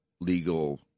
legal